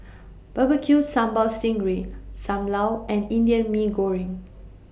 Barbecue Sambal Sting Ray SAM Lau and Indian Mee Goreng